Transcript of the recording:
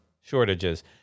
shortages